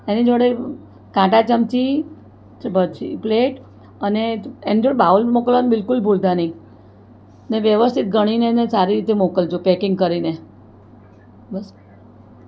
એની જોડે કાંટા ચમચી પછી પ્લેટ અને એના જોડે બાઉલ મોકલવાનું બિલકુલ ભૂલતા નહિ ને વ્યવસ્થિત ગણીને એને સારી રીતે મોકલજો પેકિંગ કરીને